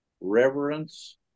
reverence